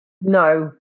No